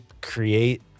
create